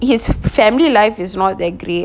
his family life is not that great